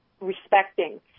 respecting